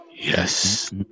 Yes